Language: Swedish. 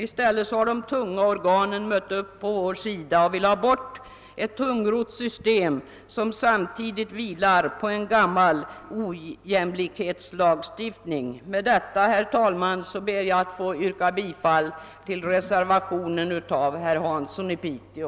I stället har de tunga organen mött upp på vår sida och vill ha bort ett tungrott system, som vilar på en gammal ojämlikhetslagstiftning. Med dessa ord, herr talman, ber jag att få yrka bifall till reservationen av herr Hansson i Piteå.